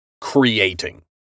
creating